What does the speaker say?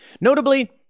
Notably